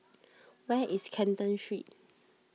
where is Canton Street